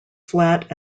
flat